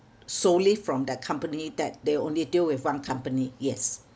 solely from their company that they only deal with one company yes